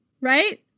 right